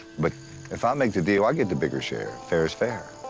but if i make the deal, i get the bigger share. fair is fair.